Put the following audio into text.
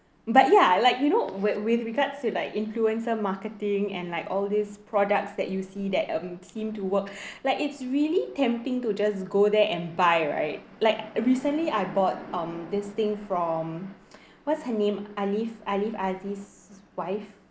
but ya I like you know with with regards to like influencer marketing and like all these products that you see that um seem to work like it's really tempting to just go there and buy right like recently I bought um this thing from what's her name aliff aliff aziz's wife